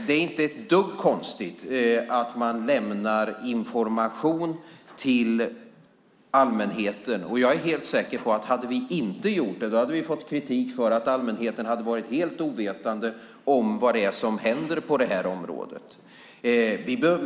Det är inte ett dugg konstigt att man lämnar information till allmänheten, och jag är helt säker på att om vi inte hade gjort det skulle vi ha fått kritik för att allmänheten varit helt ovetande om vad det är som händer på det här området.